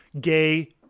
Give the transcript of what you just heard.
Gay